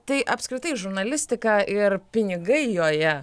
tai apskritai žurnalistika ir pinigai joje